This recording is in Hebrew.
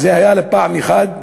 וזה היה לפעם אחת,